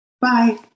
Bye